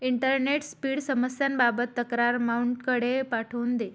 internet speed समस्यांबाबत तक्रार माऊंटकडे पाठवून दे